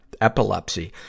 epilepsy